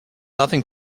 nothing